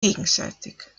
gegenseitig